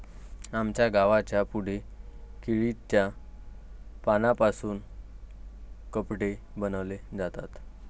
आमच्या गावाच्या पुढे केळीच्या पानांपासून कपडे बनवले जातात